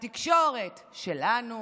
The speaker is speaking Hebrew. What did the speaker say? התקשורת, שלנו.